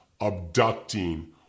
abducting